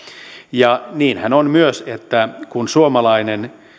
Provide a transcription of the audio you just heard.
ja niinhän on myös että kun suomalainen